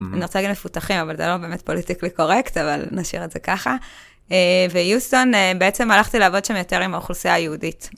אני רוצה להגיד מפותחים, אבל זה לא באמת פוליטיקלי קורקט, אבל נשאיר את זה ככה. ויוסטון, בעצם הלכתי לעבוד שם יותר עם האוכלוסייה היהודית.